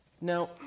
now